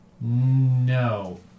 no